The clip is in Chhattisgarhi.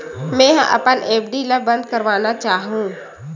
मेंहा अपन एफ.डी ला बंद करना चाहहु